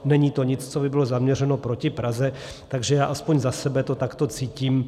Není to nic, co by bylo zaměřeno proti Praze, já aspoň za sebe to takto cítím.